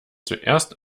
zuerst